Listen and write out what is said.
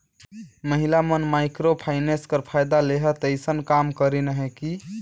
महिला मन micro finance कर फएदा लेहत अइसन काम करिन अहें कि